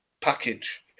package